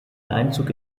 einzug